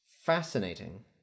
fascinating